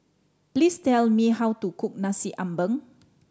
please tell me how to cook Nasi Ambeng